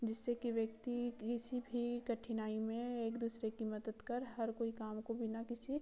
जिससे कि व्यक्ति किसी भी कठिनाई में एक दूसरे की मदद कर हर कोई काम को बिना किसी